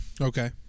Okay